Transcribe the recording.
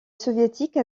soviétique